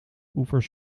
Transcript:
oevers